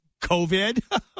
COVID